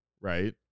right